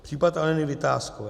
Případ Aleny Vitáskové.